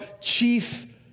chief